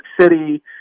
City